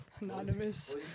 Anonymous